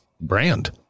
brand